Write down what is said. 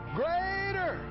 greater